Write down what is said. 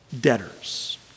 debtors